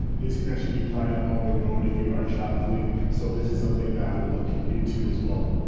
this can actually be applied on the road if you are traveling. so this is something that i would look into as well.